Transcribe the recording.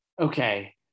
okay